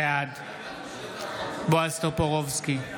בעד בועז טופורובסקי,